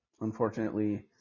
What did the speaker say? Unfortunately